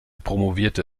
promovierte